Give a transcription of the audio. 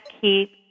keep